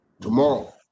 Tomorrow